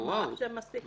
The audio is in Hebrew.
מרחתם מספיק את הזמן.